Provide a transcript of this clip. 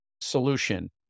solution